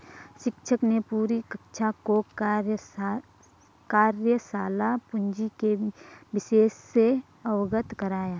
शिक्षक ने पूरी कक्षा को कार्यशाला पूंजी के विषय से अवगत कराया